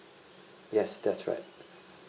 yes that's right